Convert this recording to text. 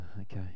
okay